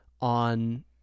on